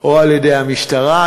או על-ידי המשטרה,